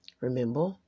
remember